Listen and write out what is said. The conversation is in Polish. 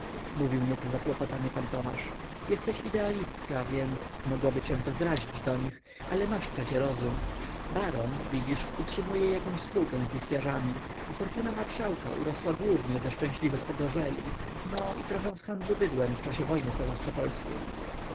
mówił nieco zakłopotany pan tomasz jesteś idealistka więc mogłoby cię to zrazić do nich ale masz przecie rozum baron widzisz utrzymuje jakąś spółkę z lichwiarzami a fortuna marszałka urosła głównie ze szczęśliwych pogorzeli no i trochę z handlu bydłem w czasie wojny